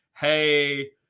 Hey